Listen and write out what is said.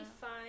fine